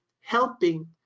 helping